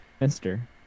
Mister